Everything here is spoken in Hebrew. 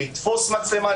לתפוס מצלמה,